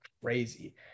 crazy